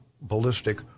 ballistic